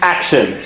Action